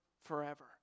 forever